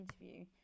interview